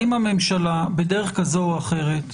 האם הממשלה, בדרך כזו או אחרת,